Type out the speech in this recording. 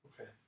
Okay